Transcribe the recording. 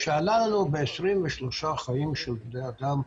שעלה לנו בחיים של 23 בני אדם,